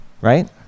Right